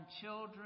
children